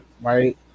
right